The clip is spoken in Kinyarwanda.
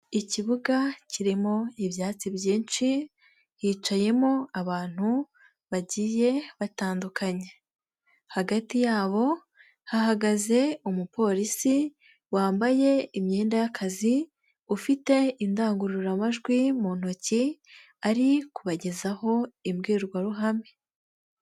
Ikibuga kirimo ibyatsi byinshi hicayemo abantu bagiye batandukanye hagati yabo hahagaze umupolisi wambaye imyenda y'akazi ufite indangururamajwi mu ntoki ari kubagezaho imbwirwaruhame.